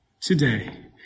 Today